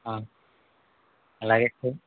అలాగే